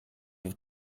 have